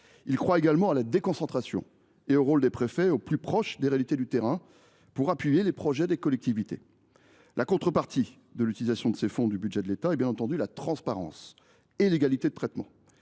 croit également à la déconcentration et au rôle des préfets au plus proche des réalités du terrain pour soutenir les projets des collectivités. Les contreparties de l’utilisation de ces fonds du budget de l’État sont bien entendu la transparence et l’égalité de traitement